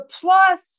plus